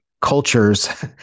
cultures